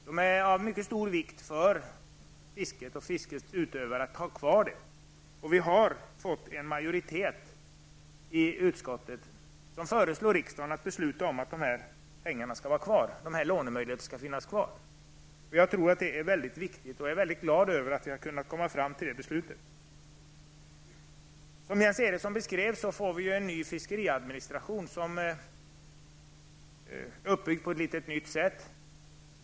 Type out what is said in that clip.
Det är av mycket stor vikt för fisket och för fiskets utövare att ha kvar dem. En majoritet i utskottet föreslår att riksdagen skall besluta om att ha lånemöjligheten kvar. Jag tror att det är väldigt viktigt, och jag är glad över att vi har kommit fram till den ståndpunkten. Som Jens Eriksson beskrev får vi en ny fiskeriadministration som är uppbyggd på ett nytt sätt.